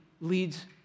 leads